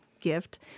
gift